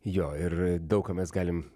jo ir daug ką mes galim